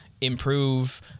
improve